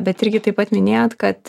bet irgi taip pat minėjot kad